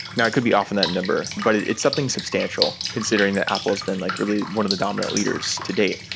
now, i could be off in that number. but it's something substantial considering that apple's been like really one of the dominant leaders to date.